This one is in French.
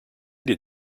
les